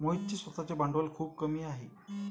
मोहितचे स्वतःचे भांडवल खूप कमी आहे